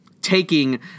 Taking